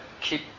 keep